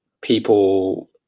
people